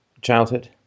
childhood